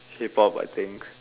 K-pop I think